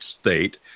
state